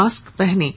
mask पहनें